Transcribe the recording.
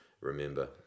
remember